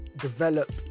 develop